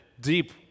deep